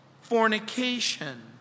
fornication